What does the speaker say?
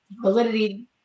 Validity